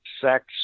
sex